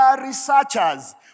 researchers